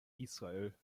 israel